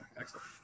excellent